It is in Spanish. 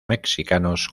mexicanos